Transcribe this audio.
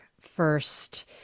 first